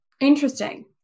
interesting